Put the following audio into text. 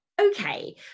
okay